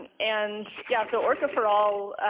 and and yeah so orca for all